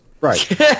Right